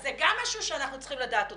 כי אז זה גם משהו שאנחנו צריכים לדעת אותו,